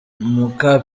muka